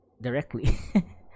directly